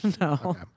No